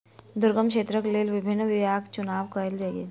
दुर्गम क्षेत्रक लेल विभिन्न बीयाक चुनाव कयल गेल